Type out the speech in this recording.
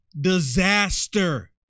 disaster